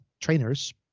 trainers